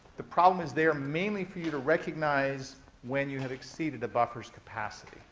the problem is there mainly for you to recognize when you have exceeded a buffer's capacity.